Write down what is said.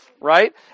right